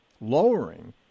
lowering